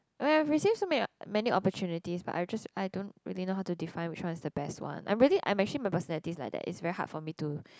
oh ya I've received so many many opportunities but I just I don't really know how to define which one is the best one I'm really I'm actually my personality is like that it's very hard for me to